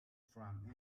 from